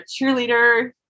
cheerleader